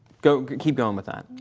go keep going with that.